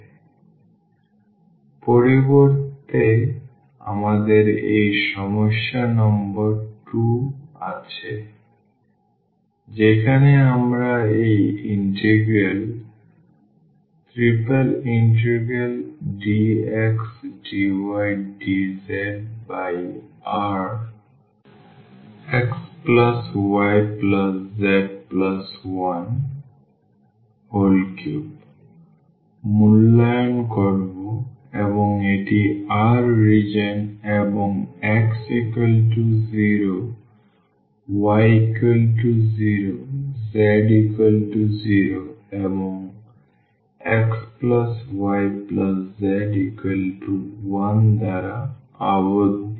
সুতরাং পরবর্তীতে আমাদের এই সমস্যা নম্বর 2 আছে যেখানে আমরা এই ইন্টিগ্রাল ∭Rdxdydzxyz13 মূল্যায়ন করব এবং এটি R রিজিওন এবং x0y0z0 এবং xyz1 দ্বারা আবদ্ধ